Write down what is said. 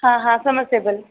हाँ हाँ समरसेबल